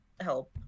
help